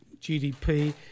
GDP